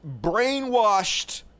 brainwashed